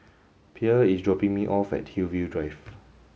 Pierre is dropping me off at Hillview Drive